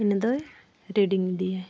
ᱤᱱᱟᱹ ᱫᱚᱭ ᱤᱫᱤᱭᱟᱭ